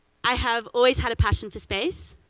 i have always had a passion for space.